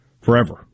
forever